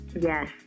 Yes